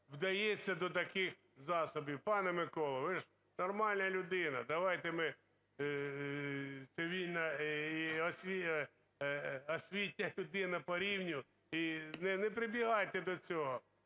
вдається до таких засобів. Пане Миколо, ви ж нормальна людина. Давайте ми… Освітня людина по рівню, і не прибігайте до цього.